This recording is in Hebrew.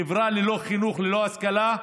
חברה ללא חינוך, ללא השכלה,